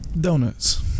Donuts